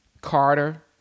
Carter